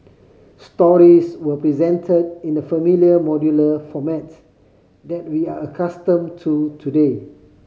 stories were presented in the familiar modular format that we are accustomed to today